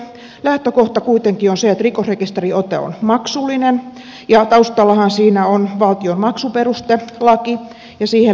lähtökohta kuitenkin on se että rikosrekisteriote on maksullinen ja taustallahan siinä ovat valtion maksuperustelaki ja siihen liittyvä omakustannusperiaate